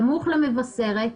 סמוך למבשרת.